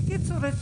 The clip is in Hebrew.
בקיצור,